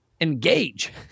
engage